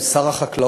עם שר החקלאות,